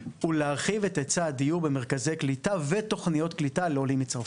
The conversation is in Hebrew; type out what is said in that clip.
הוא להרחיב את היצע הדיור במרכזי קליטה ותוכניות קליטה לעולים מצרפת.